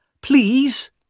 please